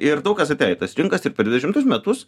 ir daug kas atėjo į tas rinkas ir per dvidešimtus metus